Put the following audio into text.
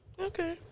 Okay